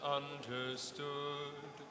understood